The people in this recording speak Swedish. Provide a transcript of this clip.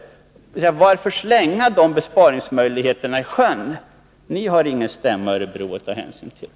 Varför då slänga dessa besparingsmöjligheter i sjön? Ni har ingen stämma i Örebro att ta hänsyn till!